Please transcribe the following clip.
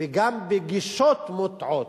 וגם בגישות מוטעות.